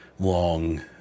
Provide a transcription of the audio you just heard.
long